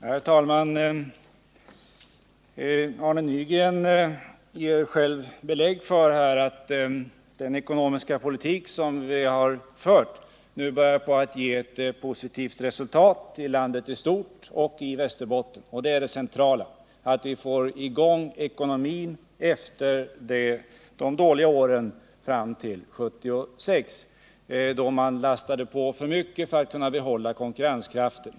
Herr talman! Arne Nygren ger själv belägg för att den ekonomiska politik som vi har fört nu börjar ge ett positivt resultat för landet i stort och för Västerbotten. Detta är det centrala, att vi får i gång ekonomin efter de dåliga åren fram till 1976, då man lastade på för mycket för att kunna behålla konkurrenskraften.